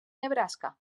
nebraska